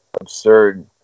absurd